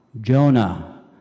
Jonah